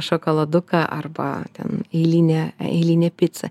šokoladuką arba ten eilinę eilinę picą